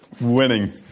Winning